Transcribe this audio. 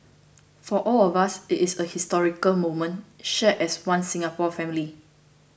for all of us it is a historic moment shared as One Singapore family